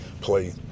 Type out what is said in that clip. play